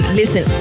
listen